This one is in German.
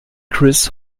chris